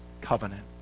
covenant